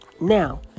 Now